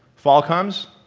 fall comes,